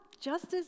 justice